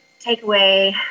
takeaway